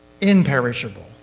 imperishable